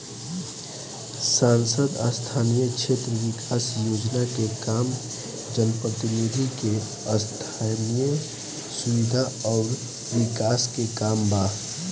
सांसद स्थानीय क्षेत्र विकास योजना के काम जनप्रतिनिधि के स्थनीय सुविधा अउर विकास के काम बा